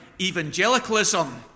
evangelicalism